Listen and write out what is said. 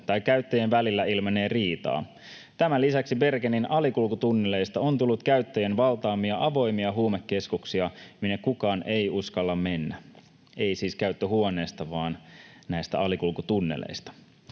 tai käyttäjien välillä ilmenee riitaa. Tämän lisäksi Bergenin alikulkutunneleista on tullut käyttäjien valtaamia avoimia huumekeskuksia, minne kukaan ei uskalla mennä — ei siis käyttöhuoneesta, vaan näistä alikulkutunneleista.